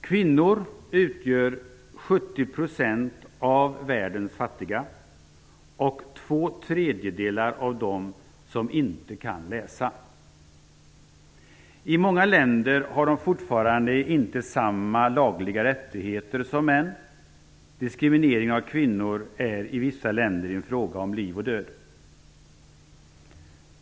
Kvinnor utgör 70 % av världens fattiga och två tredjedelar av dem som inte kan läsa. I många länder har de fortfarande inte samma lagliga rättigheter som män. Diskrimineringen av kvinnor är i vissa länder en fråga om liv och död.